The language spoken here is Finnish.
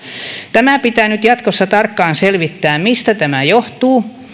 tämä pitää nyt jatkossa tarkkaan selvittää mistä tämä johtuu